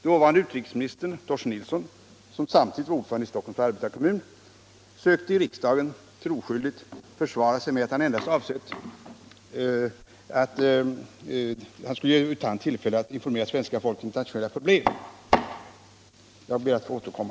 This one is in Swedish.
Dåvarande utrikesministern Torsten Nilsson, som samtidigt var ordförande i Stockholms arbetarekommun, försökte i riksdagen troskyldigt försvara sig med att han endast avsett att ge U Thant tillfälle att informera svenska folket om internationella problem. Jag ber att få återkomma.